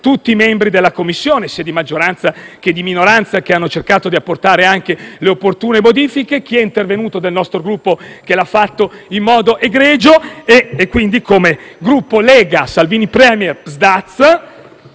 tutti i membri della Commissione, sia di maggioranza che di minoranza, che hanno cercato di apportare le opportune modifiche, e chi è intervenuto del nostro Gruppo, che lo ha fatto in modo egregio, e come Gruppo Lega-Salvini Premier-Partito